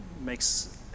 makes